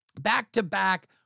back-to-back